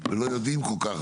ולא יודעים כל כך,